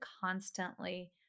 constantly